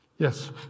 Yes